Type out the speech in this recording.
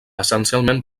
essencialment